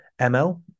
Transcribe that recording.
ML